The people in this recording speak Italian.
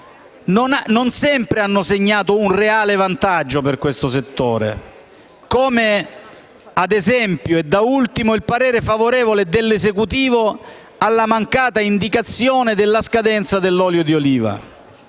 non sempre hanno segnato un reale vantaggio per questo settore, come, ad esempio e da ultimo, il parere favorevole dell'Esecutivo alla mancata indicazione della scadenza dell'olio di oliva.